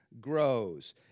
grows